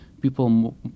People